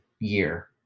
year